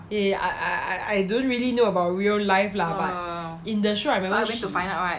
ya ya I I I I don't really know about real life lah but in the show I find out she